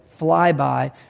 flyby